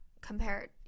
compared